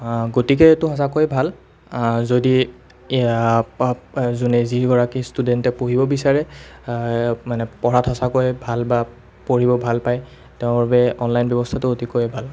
গতিকে এইটো সঁচাকৈ ভাল যদি যোনে যি গৰাকী ষ্টুডেণ্টে পঢ়িব বিচাৰে মানে পঢ়াত সঁচাকৈয়ে ভাল বা পঢ়িব ভাল পায় তেওঁৰ বাবে অনলাইন ব্যৱস্থাটো অতিকৈয়ে ভাল